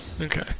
Okay